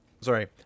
Sorry